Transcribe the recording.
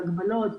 ההגבלות,